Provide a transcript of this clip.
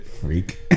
Freak